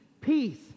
peace